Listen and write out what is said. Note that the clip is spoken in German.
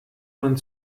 man